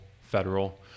federal